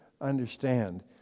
understand